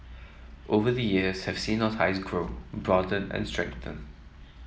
over the years have seen our ties grow broaden and strengthen